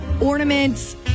ornaments